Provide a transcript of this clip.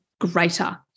greater